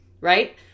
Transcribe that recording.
right